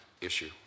issue